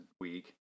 week